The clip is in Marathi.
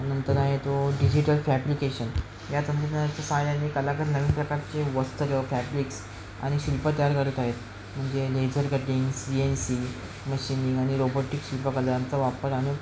आणि नंतर आहे तो डिजिटल फॅब्रिकेशन या तंत्रज्ञानाच्या सहायाने कलाकार नवीन प्रकारचे वस्त्र फॅब्रिक्स आणि शिल्पं तयार करत आहेत म्हणजे laser cutting C N C मशीनी आणि रोबोटिक शिल्पकलांचा वापर आणि